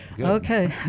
Okay